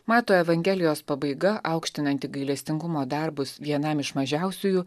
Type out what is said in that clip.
mato evangelijos pabaiga aukštinanti gailestingumo darbus vienam iš mažiausiųjų